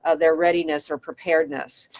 ah their readiness or preparedness.